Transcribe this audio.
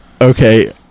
okay